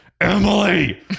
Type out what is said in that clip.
Emily